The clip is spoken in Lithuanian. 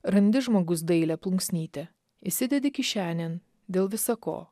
randi žmogus dailią plunksnytę įsidedi kišenėn dėl visa ko